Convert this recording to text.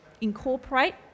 incorporate